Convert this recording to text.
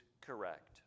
correct